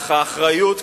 אך האחריות,